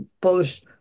Polish